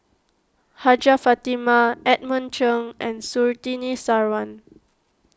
Hajjah Fatimah Edmund Cheng and Surtini Sarwan